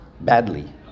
Badly